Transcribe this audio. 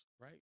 right